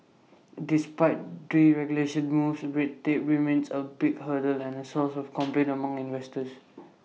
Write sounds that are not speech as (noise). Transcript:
despite deregulation moves red tape remains A big hurdle and A source of complaint (noise) among investors